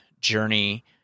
journey